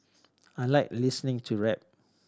I like listening to rap